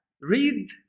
read